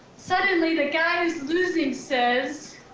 suddenly, the guy who's losing says,